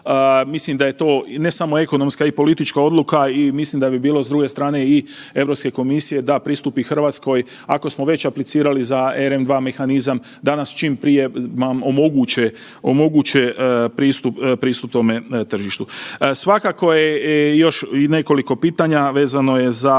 Mislim da je to ne samo ekonomska i politička odluka i mislim da bi bilo i s druge strane i Europske komisije da pristupi Hrvatskoj ako smo već aplicirali za ERM II mehanizam da nas čim prije nam omoguće pristup tome tržištu. Svakako je još nekoliko pitanja, vezano je za